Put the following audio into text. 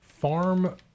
farm